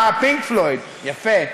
יפה.